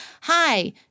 Hi